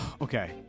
Okay